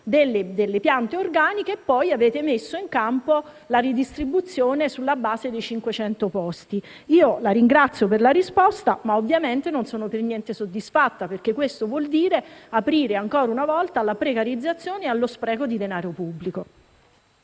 delle piante organiche, per poi mettere in campo la redistribuzione sulla base dei 500 posti. In conclusione, la ringrazio per la risposta, ma - ovviamente - non sono per niente soddisfatta, perché questo vuol dire aprire, ancora una volta, alla precarizzazione e allo spreco di denaro pubblico.